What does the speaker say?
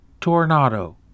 tornado